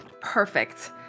Perfect